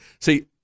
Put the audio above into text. See